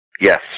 Yes